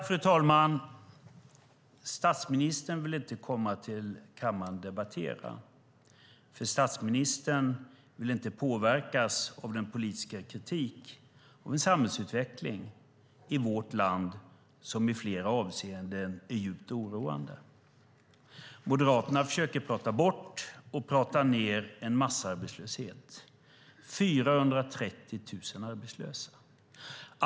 Fru talman! Statsministern vill inte komma till kammaren och debattera, för statsministern vill inte påverkas av den politiska kritiken av samhällsutvecklingen i vårt land som i flera avseenden är djupt oroande. Moderaterna försöker prata bort och prata ned en massarbetslöshet med 430 000 arbetslösa.